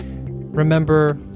Remember